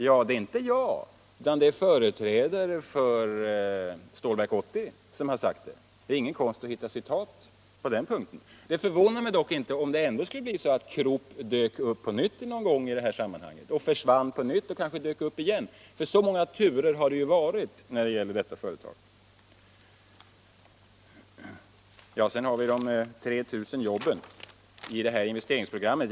Ja, det är inte jag, utan företrädare för Stålverk 80. Det är ingen konst att hitta citat på den punkten. Det skulle dock inte förvåna mig om Krupp dök upp på nytt någon gång i det här sammanhanget, —- försvann på nytt och kanske dök upp igen. Så många turer har det ju varit när det gäller detta företag. Sedan har vi frågan om de 3 000 jobben i investeringsprogrammet.